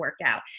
workout